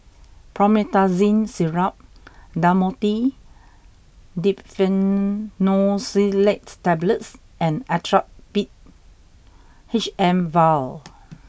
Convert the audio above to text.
Promethazine Syrup Dhamotil Diphenoxylate Tablets and Actrapid H M vial